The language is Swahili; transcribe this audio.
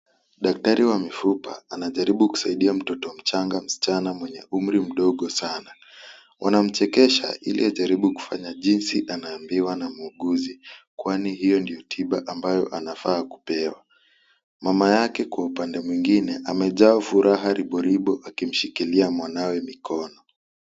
Daktari wa mifupa anajaribu kusaidia mtoto mchanga msichana mwenye umri mdogo sana. Wanamchekesha ili ajaribu kufanya jinsi anaambiwa na muuguzi, kwani hiyo ndio tiba ambayo anafaa kupewa. Mama yake kwa upande mwingine amejaa furaha ribo ribo akimshikilia mwanawe mikono.